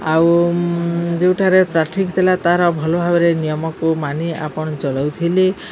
ଆଉ ଯେଉଁଠାରେ ଟ୍ରାଫିକ୍ ଥିଲା ତାର ଭଲ ଭାବରେ ନିୟମକୁ ମାନି ଆପଣ ଚଲୋଉଥିଲେ